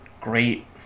great